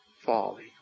folly